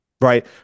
Right